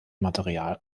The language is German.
material